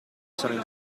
saranno